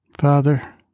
Father